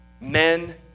men